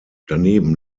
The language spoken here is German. daneben